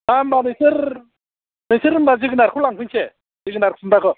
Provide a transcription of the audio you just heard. दा होनबा नोंसोर जोगोनारखौ लांफैनोसै जोगोनार खुम्ब्राखौ